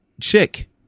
Chick